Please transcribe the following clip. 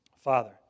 Father